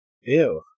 Ew